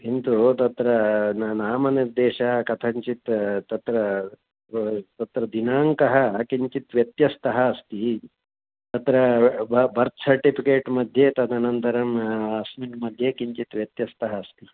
किन्तु तत्र ना नाम निर्देशः कथञ्चित् तत्र तत्र दिनाङ्कः किञ्चित् व्यत्यस्तः अस्ति तत्र बर्त् सर्टिफिकेट्मध्ये तदनन्तरम् अस्मिन् मध्ये किञ्चित् व्यत्यस्तः अस्ति